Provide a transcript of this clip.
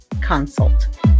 consult